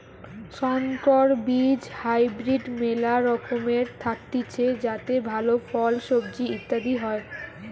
সংকর বীজ হাইব্রিড মেলা রকমের থাকতিছে যাতে ভালো ফল, সবজি ইত্যাদি হয়